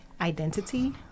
identity